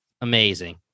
Amazing